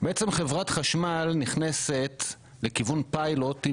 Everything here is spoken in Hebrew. חברת החשמל נכנסת לכיוון פיילוט.